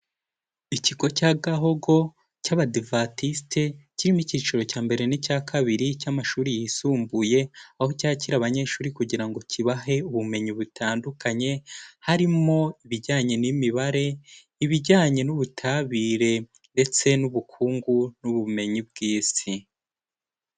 Ikigo cya Gahogo cy'Abadivantisite kirimo icyiciro cya mbere n'icya kabiri cy'amashuri yisumbuye, aho cyakira abanyeshuri kugira ngo kibahe ubumenyi butandukanye harimo: ibijyanye n'imibare, ibijyanye n'ubutabire ndetse n'ubukungu n'ubumenyi bw'Isi.